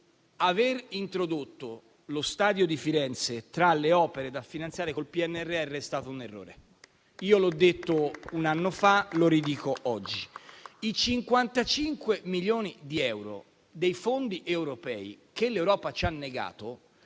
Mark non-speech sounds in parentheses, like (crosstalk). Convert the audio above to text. aver introdotto lo stadio di Firenze tra le opere da finanziare con il PNRR è stato un errore. (applause) L'ho detto un anno fa e lo ribadisco oggi. I 55 milioni di euro dei fondi europei che l'Europa ci ha negato